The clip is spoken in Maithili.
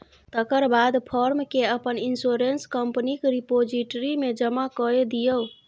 तकर बाद फार्म केँ अपन इंश्योरेंस कंपनीक रिपोजिटरी मे जमा कए दियौ